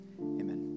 amen